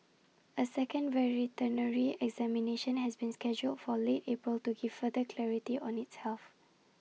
A second veterinary examination has been scheduled for late April to give further clarity on its health